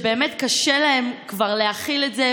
ובאמת כבר קשה להם להכיל את זה,